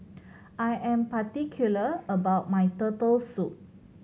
I am particular about my Turtle Soup